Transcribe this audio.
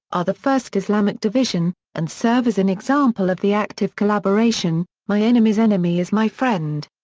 are the first islamic division and serve as an example of the active collaboration. my enemy's enemy is my friend.